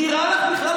נראה לך בכלל?